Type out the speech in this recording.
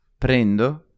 Prendo